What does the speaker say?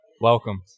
Welcome